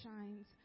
shines